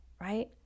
right